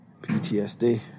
ptsd